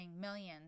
millions